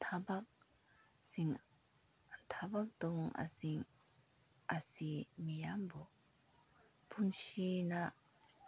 ꯊꯕꯛꯁꯤꯡ ꯊꯕꯛ ꯇꯧ ꯑꯁꯤꯡ ꯑꯁꯤ ꯃꯤꯌꯥꯝꯕꯨ ꯄꯨꯟꯁꯤꯅ